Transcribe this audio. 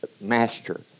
master